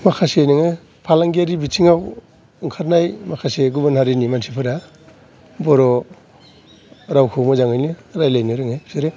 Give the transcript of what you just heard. माखासे नोङो फालांगिआरि बिथिंआव ओंखारनाय माखासे गुबुन हारिनि मानसिफोरा बर' रावखौ मोजाङैनो रायलायनो रोङो बिसोरो